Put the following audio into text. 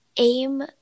Aim